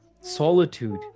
solitude